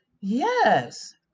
yes